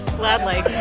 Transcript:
gladly